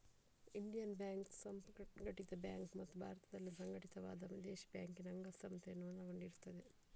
Indian banks ಸಂಘಟಿತ bank ಮತ್ತು ಭಾರತದಲ್ಲಿ ಸಂಘಟಿತವಾದ ವಿದೇಶಿ ಬ್ಯಾಂಕಿನ ಅಂಗಸಂಸ್ಥೆಯನ್ನು ಒಳಗೊಂಡಿರುತ್ತದೆ